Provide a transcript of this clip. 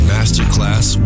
Masterclass